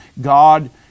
God